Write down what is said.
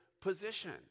position